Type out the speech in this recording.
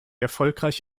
erfolgreich